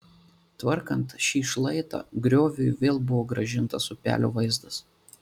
tvarkant šį šlaitą grioviui vėl buvo grąžintas upelio vaizdas